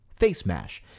FaceMash